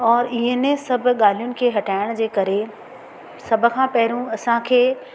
और इन सभ ॻाल्हियुनि खे हटाइण जे करे सभ खां पहिरियों असांखे